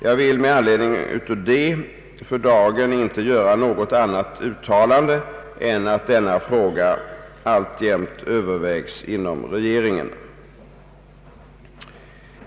Jag vill i detta avseende för dagen inte göra något annat uttalande än att denna fråga alltjämt övervägs inom regeringen.